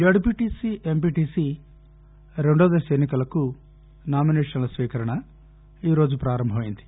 ZPTC MPTC రెండవ దశ ఎన్నికలకు నామినేషన్ల స్వీకరణ ఈ రోజు ప్రారంభమైంది